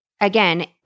Again